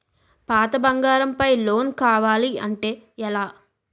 పాత బంగారం పై లోన్ కావాలి అంటే ఎలా?